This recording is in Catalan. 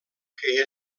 que